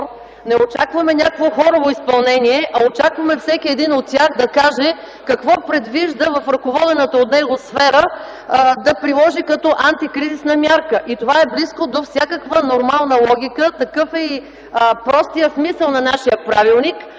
Не очакваме някакво хорово изпълнение, а очакваме всеки един от тях да каже какво предвижда в ръководената от него сфера да приложи като антикризисна мярка. Това е близко до всякаква нормална логика. Такъв е и простият смисъл на нашия правилник.